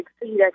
exceed